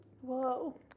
Whoa